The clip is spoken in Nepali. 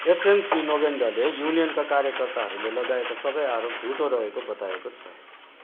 एफएमसी नोभेम्डाले युनियनका कार्यकर्ताहरूले लगाएका सबै आरोप झुटो रहेको बताएको छ